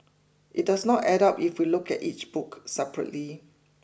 it does not add up if we look at each book separately